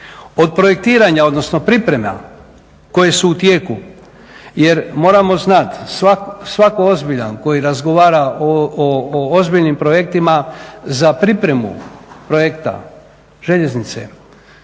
Od projektiranja, odnosno priprema koje su u tijeku, jer moramo znati, svatko ozbiljan koji razgovara o ozbiljnim projektima za pripremu projekta željeznice,